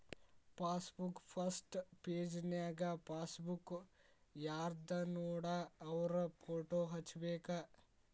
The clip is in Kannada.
ಪಾಸಬುಕ್ ಫಸ್ಟ್ ಪೆಜನ್ಯಾಗ ಪಾಸಬುಕ್ ಯಾರ್ದನೋಡ ಅವ್ರ ಫೋಟೋ ಹಚ್ಬೇಕ್